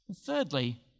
Thirdly